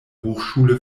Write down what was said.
hochschule